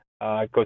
Go